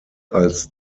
als